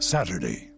Saturday